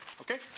Okay